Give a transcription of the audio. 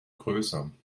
größer